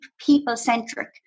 people-centric